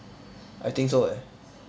I think so eh